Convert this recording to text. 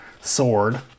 sword